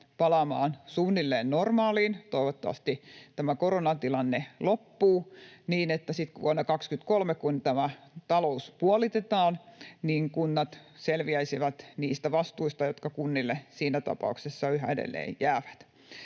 palaamaan suunnilleen normaaliin. Toivottavasti tämä koronatilanne loppuu, niin että sitten vuonna 23, kun talous puolitetaan, kunnat selviäisivät niistä vastuista, jotka kunnille siinä tapauksessa yhä edelleen jäävät.